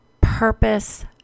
purpose